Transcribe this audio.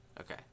Okay